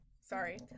Sorry